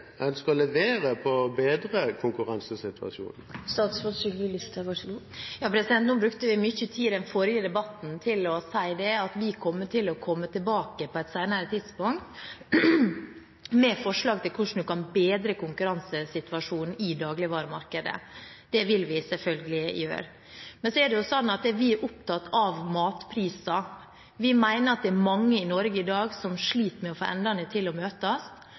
levere på det å bedre konkurransesituasjonen? Nå brukte vi mye tid i den forrige debatten på å si at vi kommer tilbake på et senere tidspunkt med forslag til hvordan man kan bedre konkurransesituasjonen i dagligvaremarkedet. Det vil vi selvfølgelig gjøre. Så er vi opptatt av matpriser. Vi mener det er mange i Norge i dag som sliter med å få endene til å møtes,